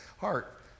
heart